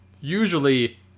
usually